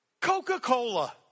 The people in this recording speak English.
Coca-Cola